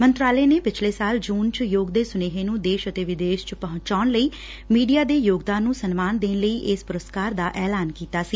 ਮੰਤਰਾਲੇ ਨੇ ਪਿਛਲੇ ਸਾਲ ਚੂਨ ਚ ਯੋਗ ਦੇ ਸੁਨੇਹੇ ਨੂੰ ਦੇਸ਼ ਅਤੇ ਵਿਦੇਸ਼ ਚ ਪਹੁੰਚਾਉਣ ਲਈ ਮੀਡੀਆ ਦੇ ਯੋਗਦਾਨ ਨੂੰ ਸਨਮਾਨ ਦੇਣ ਲਈ ਇਸ ਪੁਰਸਕਾਰ ਦਾ ਐਲਾਨ ਕੀਤਾ ਸੀ